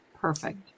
Perfect